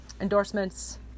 endorsements